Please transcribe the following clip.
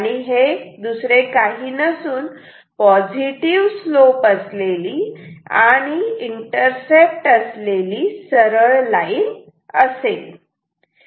हे positive slope असलेली आणि इंटरसेप्ट असलेली सरळ लाईन असेल